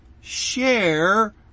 Share